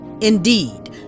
Indeed